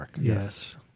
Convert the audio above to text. Yes